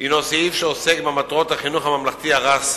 הינו סעיף שעוסק במטרות החינוך הממלכתי הרשמי.